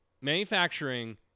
Manufacturing